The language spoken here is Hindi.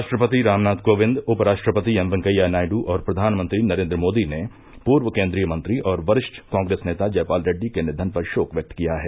राष्ट्रपति रामनाथ कोविंद उप राष्ट्रपति एम वेंकैया नायडू और प्रधानमंत्री नरेंद्र मोदी ने पूर्व केंद्रीय मंत्री और वरिष्ठ कांग्रेस नेता जयपाल रेड्डी के निधन पर शोक व्यक्त किया है